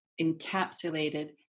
encapsulated